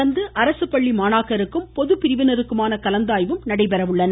தொடர்ந்து அரசு பள்ளி மாணாக்கருக்கும் பொது பிரிவினருக்குமான கலந்தாய்வும் நடைபெற உள்ளன